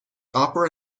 opera